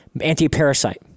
anti-parasite